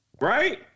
Right